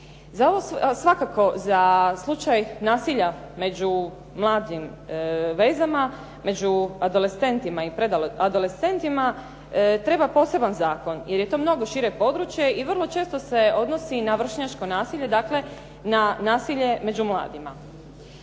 odnosima. Za slučaj nasilja među mladim vezama, među adolescentima treba poseban zakon, jer je to mnogo šire područje i vrlo često se odnosi na vršnjačko nasilje, dakle na nasilje među mladima.